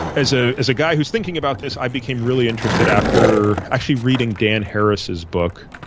as ah as a guy who's thinking about this, i became really interested after actually reading dan harris's book,